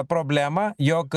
problemą jog